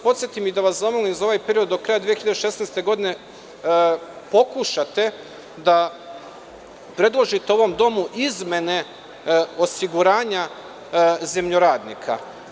Podsetiću vas i zamoliću vas za ovaj period do kraja 2016. godineda pokušate da predložite ovom domu izmene osiguranja zemljoradnika.